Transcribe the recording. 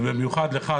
ובמיוחד לך,